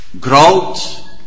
growth